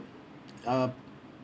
uh